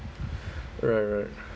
right right